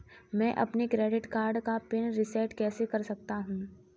मैं अपने credit card का पिन रिसेट कैसे कर सकता हूँ?